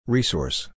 Resource